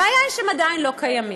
הבעיה היא שהם עדיין לא קיימים,